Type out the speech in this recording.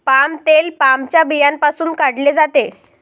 palm तेल पामच्या बियांपासून काढले जाते